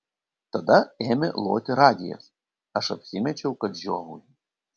tada ėmė loti radijas aš apsimečiau kad žiovauju